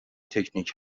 تکنیک